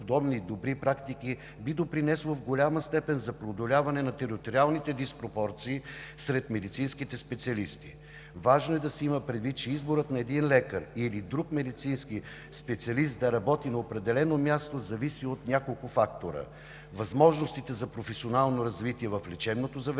подобни добри практики в голяма степен би допринесло за преодоляване на териториалните диспропорции сред медицинските специалисти. Важно е да се има предвид, че изборът на един лекар или друг медицински специалист да работи на определено място зависи от няколко фактора: възможностите за професионално развитие в лечебното заведение;